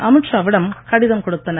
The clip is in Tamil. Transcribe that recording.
அமீத் ஷாவிடம் கடிதம் கொடுத்தனர்